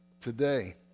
today